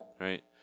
right